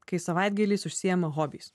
kai savaitgaliais užsiima hobiais